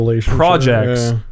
projects